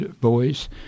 boys